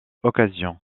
occasions